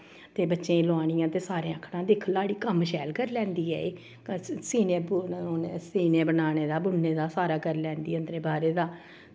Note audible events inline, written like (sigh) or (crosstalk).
ते बच्चें ई लोआनियां ते सारें आखना दिक्ख लाड़ी कम्म शैल करी लैंदी ऐ (unintelligible) सीह्ने बनाने दा बुनने दा सारा करी लैंदी अन्दरे बाह्रे दा